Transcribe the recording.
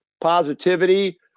positivity